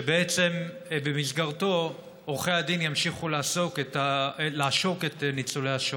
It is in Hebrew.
שבעצם במסגרתו עורכי הדין ימשיכו לעשוק את ניצולי השואה?